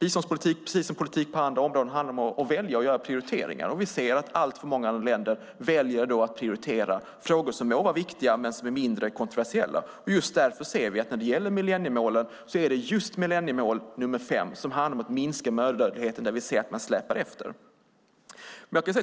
Biståndspolitik, precis som politik på andra områden, handlar om att välja och göra prioriteringar. Vi ser att alltför många länder väljer att prioritera frågor som må vara viktiga men som är mindre kontroversiella. Just därför ser vi att det är när det gäller just millenniemål nr 5, som handlar om att minska mödradödligheten, som man släpar efter.